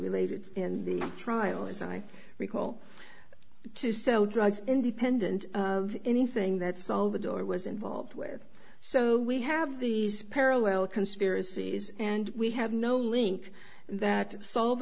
related in the trial as i recall to sell drugs independent of anything that salvatore was involved with so we have these parallel conspiracies and we have no link that salv